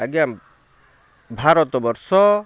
ଆଜ୍ଞା ଭାରତବର୍ଷ